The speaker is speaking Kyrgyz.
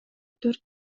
төрт